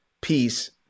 peace